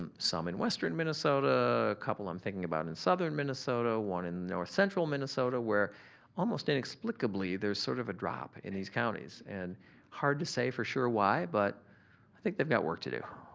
um some in western minnesota, a couple i'm thinking about in southern minnesota, one in north central minnesota where almost inexplicably there's sort of a drop in these counties and hard to say for sure why but i think they've got work to do.